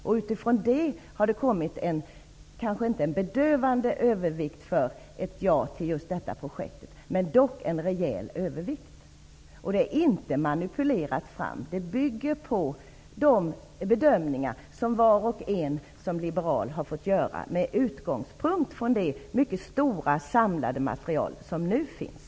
Med utgångspunkt i detta har det blivit en i och för sig inte bedövande övervikt för ett ja till projektet men dock en rejäl övervikt. Det har inte manipulerats fram. Beslutet bygger på de bedömningar som var och en som liberal har fått göra med utgångspunkt i det stora samlade material som nu finns.